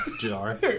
jar